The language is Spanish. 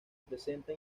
presenta